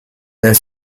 nel